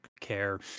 care